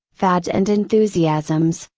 fads and enthusiasms,